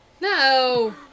no